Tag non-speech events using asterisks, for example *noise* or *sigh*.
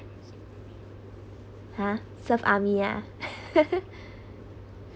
ha serve army ah *laughs*